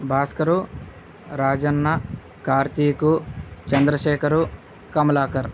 Bhaskar Rajanna Karthik Chandrashekar Kamalakar